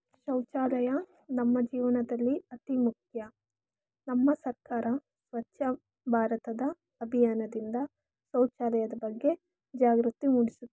ಶೌಚಾಲಯ ನಮ್ಮ ಜೀವನದಲ್ಲಿ ಅತಿ ಮುಖ್ಯ ನಮ್ಮ ಸರ್ಕಾರ ಸ್ವಚ್ಛ ಭಾರತದ ಅಭಿಯಾನದಿಂದ ಶೌಚಾಲಯದ ಬಗ್ಗೆ ಜಾಗೃತಿ ಮೂಡಿಸುತ್ತೆ